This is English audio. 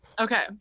Okay